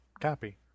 copy